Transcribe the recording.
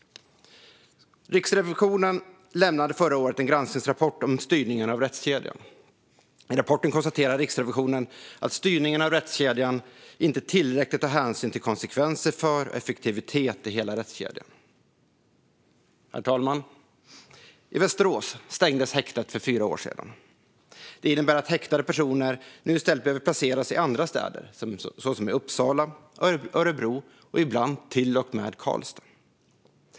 Riksrevisionen lämnade förra året en granskningsrapport om styrningen av rättskedjan. I rapporten konstaterar Riksrevisionen att styrningen av rättskedjan inte tar tillräcklig hänsyn till konsekvenser för och effektivitet i hela rättskedjan. Herr talman! I Västerås stängdes häktet för fyra år sedan. Det innebär att häktade personer i stället behöver placeras i andra städer, såsom Uppsala, Örebro och ibland till och med Karlstad.